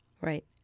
Right